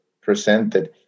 presented